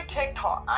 TikTok